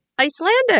Icelandic